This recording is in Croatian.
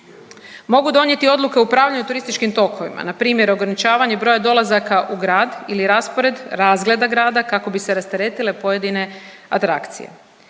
Mogu donijeti odluke o upravljanju turističkim tokovima, npr. ograničavanje broja dolazaka u grad ili raspored razgleda grada kako bi se rasteretile pojedine atrakcije.